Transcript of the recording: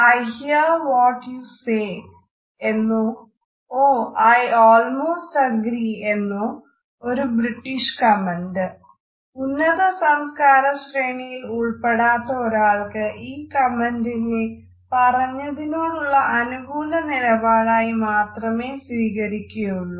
"I hear what you say" എന്നോ "Oh I almost agree" എന്നോ ഒരു ബ്രിട്ടീഷ് കമന്റ് ഉന്നത സംസ്കാര ശ്രേണിയിൽ ഉൾപ്പെടാത്ത ഒരാൾ ഈ കമന്റിനെ പറഞ്ഞതിനോടുള്ള അനുകൂല നിലപാടായി മാത്രമേ സ്വീകരിക്കുകയുള്ളൂ